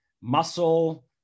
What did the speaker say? muscle